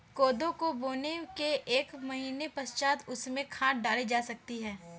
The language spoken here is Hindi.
कोदो को बोने के एक महीने पश्चात उसमें खाद डाली जा सकती है